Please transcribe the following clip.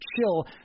chill